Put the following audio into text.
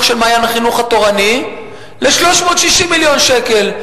של "מעיין החינוך התורני" ל-360 מיליון שקל.